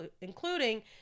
including